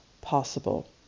possible